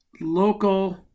local